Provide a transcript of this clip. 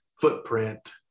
footprint